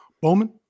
Bowman